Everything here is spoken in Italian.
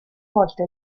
volte